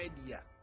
media